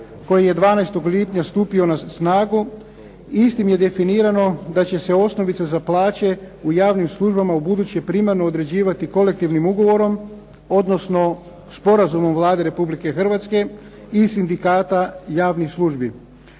koji je 12. lipnja stupio na snagu istim je definirano da će se osnovica za plaće u javnim službama u buduće primarno određivati kolektivnim ugovorom, odnosno sporazumom Vlade Republike Hrvatske i sindikata javnih službi.